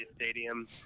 stadium